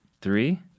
three